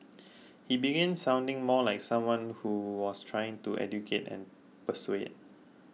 he began sounding more like someone who was trying to educate and persuade